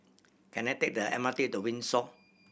can I take the M R T to Windsor